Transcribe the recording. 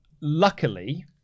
luckily